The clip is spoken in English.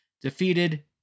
defeated